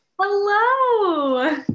Hello